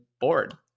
bored